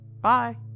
Bye